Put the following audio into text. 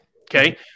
Okay